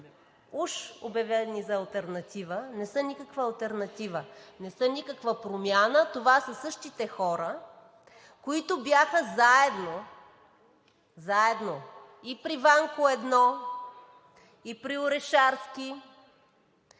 уж обявени за алтернатива, не са никаква алтернатива, не са никаква промяна – това са същите хора, които бяха заедно и при „Ванко 1“, и при Орешарски,